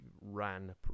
ran